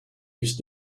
used